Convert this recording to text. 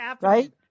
Right